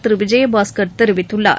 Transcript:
திரு விஜயபாஸ்கர் தெரிவித்துள்ளார்